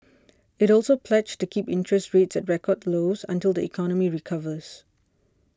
it also pledged to keep interest rates at record lows until the economy recovers